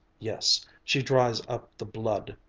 yes, she dries up the blood